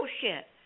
bullshit